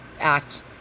act